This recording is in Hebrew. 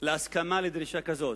להסכמה לדרישה כזאת,